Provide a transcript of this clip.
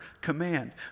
command